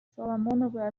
соломоновы